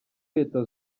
leta